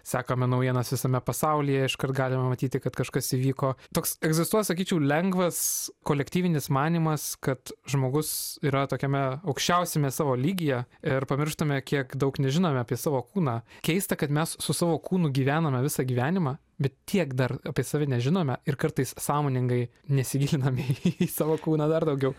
sekame naujienas visame pasaulyje iškart galime matyti kad kažkas įvyko toks egzistuoja sakyčiau lengvas kolektyvinis manymas kad žmogus yra tokiame aukščiausiame savo lygyje ir pamirštame kiek daug nežinome apie savo kūną keista kad mes su savo kūnu gyvename visą gyvenimą bet tiek dar apie save nežinome ir kartais sąmoningai nesigiliname į savo kūną dar daugiau